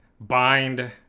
bind